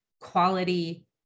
quality